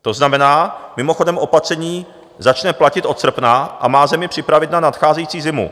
To znamená mimochodem, opatření začne platit od srpna a má zemi připravit na nadcházející zimu.